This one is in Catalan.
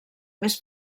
més